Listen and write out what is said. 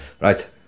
Right